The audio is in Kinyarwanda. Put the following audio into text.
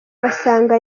basanga